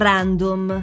Random